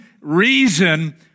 reason